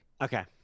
Okay